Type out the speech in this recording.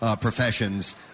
professions